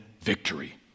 victory